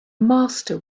master